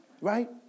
right